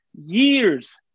Years